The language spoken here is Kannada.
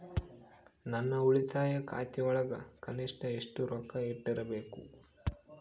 ನನ್ನ ಉಳಿತಾಯ ಖಾತೆಯೊಳಗ ಕನಿಷ್ಟ ಎಷ್ಟು ರೊಕ್ಕ ಇಟ್ಟಿರಬೇಕು?